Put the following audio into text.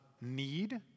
need